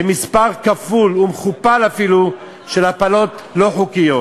ומספר כפול ומכופל אפילו של הפלות לא חוקיות.